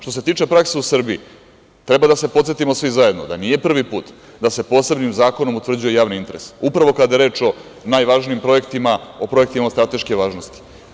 Što se tiče prakse u Srbiji, treba da se podsetimo svi zajedno da nije prvi put da se posebnim zakonom utvrđuje javni interes, upravo kada je reč o najvažnijim projektima, o projektima od strateške važnosti.